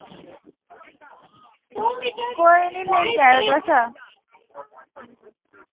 कोई नी लेई जायो तुस